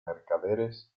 mercaderes